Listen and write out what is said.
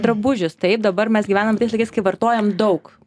drabužius taip dabar mes gyvenam tais laikais kai vartojam daug